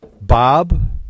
Bob